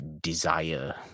desire